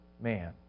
man